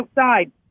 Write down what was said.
outside